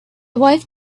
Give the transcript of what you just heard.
wife